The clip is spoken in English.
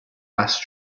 last